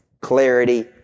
clarity